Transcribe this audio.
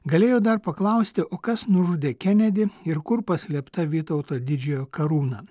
galėjo dar paklausti o kas nužudė kenedį ir kur paslėpta vytauto didžiojo karūna